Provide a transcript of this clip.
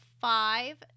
five